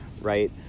right